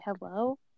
Hello